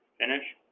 finish